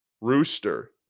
Rooster